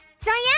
Diana